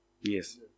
Yes